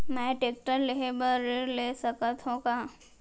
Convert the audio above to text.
मैं टेकटर लेहे बर ऋण ले सकत हो का?